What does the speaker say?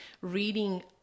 reading